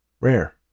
Rare